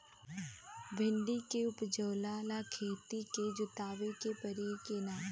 भिंदी के उपजाव ला खेत के जोतावे के परी कि ना?